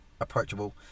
approachable